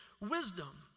wisdom